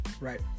Right